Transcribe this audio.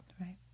Right